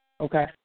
Okay